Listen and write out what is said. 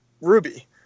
Ruby